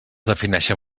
defineixen